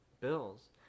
Bill's